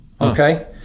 Okay